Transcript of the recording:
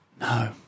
No